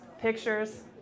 pictures